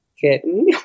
kitten